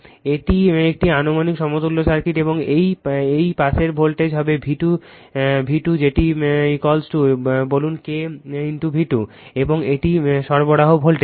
সুতরাং এটি একটি আনুমানিক সমতুল্য সার্কিট এবং এই পাশের ভোল্টেজ হবে V2 যেটি বলুন K V2 এবং এটি সরবরাহ ভোল্টেজ